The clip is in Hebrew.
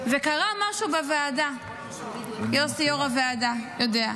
וקרה משהו בוועדה, יוסי, יו"ר הוועדה, יודע.